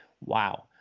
Wow